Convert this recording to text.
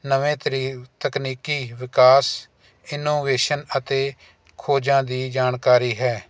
ਨਵੇਂ ਤ੍ਰੀ ਤਕਨੀਕੀ ਵਿਕਾਸ ਇਨੋਵੇਸ਼ਨ ਅਤੇ ਖੋਜਾਂ ਦੀ ਜਾਣਕਾਰੀ ਹੈ